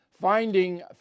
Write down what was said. Finding